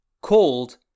called